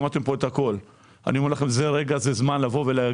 שמעתם כאן את הכול.